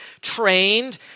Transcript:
trained